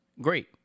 great